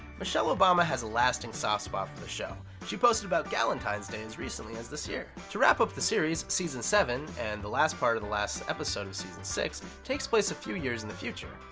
michelle obama has a lasting soft spot for the show. she posted about galentine's day as recently as this year. to wrap up the series, season seven and the last part of the last episode of season six takes place a few years in the future.